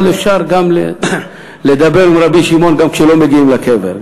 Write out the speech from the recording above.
אבל אפשר לדבר עם רבי שמעון גם כשלא מגיעים לקבר,